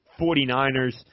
49ers